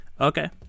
Okay